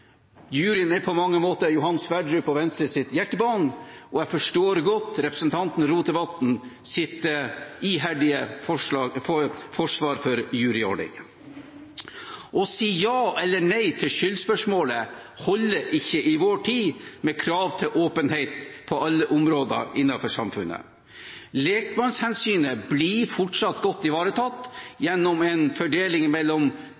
er på mange måter Johan Sverdrup og Venstres hjertebarn, og jeg forstår godt representanten Rotevatns iherdige forsvar for juryordningen. Å si ja eller nei til skyldspørsmålet holder ikke i vår tid, med krav til åpenhet på alle områder innenfor samfunnet. Lekmannshensynet blir fortsatt godt ivaretatt